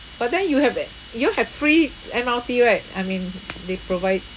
but then you have you all have free M_R_T right I mean they provide